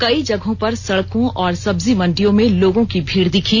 कई जगहों पर सड़कों और सब्जी मंडियों में लोगों की भीड़ दिखी